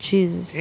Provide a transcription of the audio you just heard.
Jesus